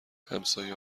همسایه